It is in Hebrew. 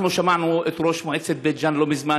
אנחנו שמענו את ראש מועצת בית ג'ן לא מזמן,